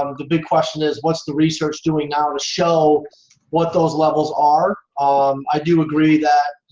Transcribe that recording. um the big question is, what's the research doing now to show what those levels are? um i do agree that,